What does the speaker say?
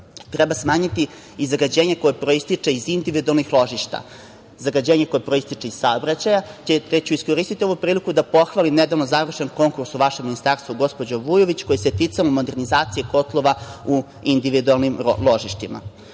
Treba smanjiti i zagađenje koje proističe iz individualnih ložišta, zagađenje koje proističe iz saobraćaja, te ću iskoristiti ovu priliku da pohvalim nedavno završen konkurs u vašem ministarstvu, gospođo Vujović, koji se ticao modernizacije kotlova u individualnim ložištima. Našu